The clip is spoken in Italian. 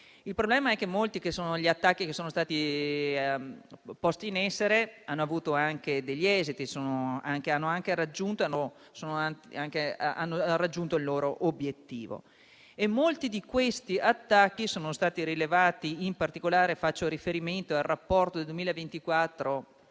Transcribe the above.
Il problema è che molti degli attacchi che sono stati posti in essere hanno avuto degli esiti e hanno raggiunto il loro obiettivo. Molti di questi attacchi sono stati rilevati e faccio riferimento in particolare